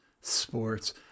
Sports